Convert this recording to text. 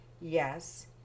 Yes